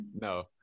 no